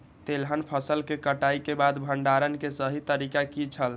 तेलहन फसल के कटाई के बाद भंडारण के सही तरीका की छल?